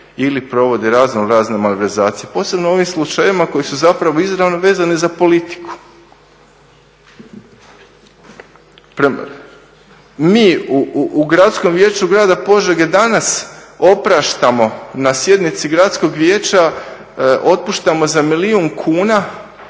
ili provode raznorazne malverzacije. Posebno u ovim slučajevima koji su zapravo izravno vezani za politiku. Mi u Gradskom vijeću grada Požege danas opraštamo na sjednici gradskog vijeća otpuštamo za milijun kuna